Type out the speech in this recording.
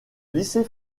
lycée